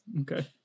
Okay